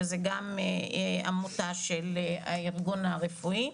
שזה גם עמותה של הארגון הרפואי.